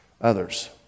others